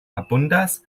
abundas